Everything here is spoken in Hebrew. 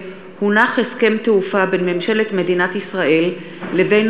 הסכם תעופה בין ממשלת מדינת ישראל לבין